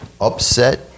upset